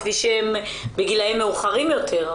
כפי שבגילאים מאוחרים יותר.